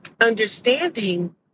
understanding